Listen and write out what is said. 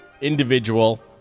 individual